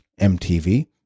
MTV